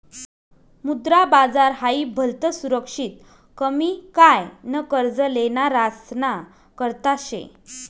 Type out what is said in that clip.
मुद्रा बाजार हाई भलतं सुरक्षित कमी काय न कर्ज लेनारासना करता शे